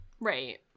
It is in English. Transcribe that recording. Right